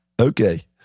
Okay